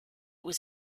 was